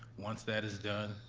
once that's done,